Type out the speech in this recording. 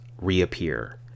reappear